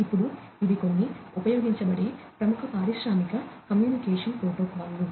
ఇప్పుడు ఇవి కొన్ని ఉపయోగించబడే ప్రముఖ పారిశ్రామిక కమ్యూనికేషన్ ప్రోటోకాల్లు